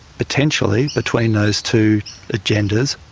potentially, between those two agendas.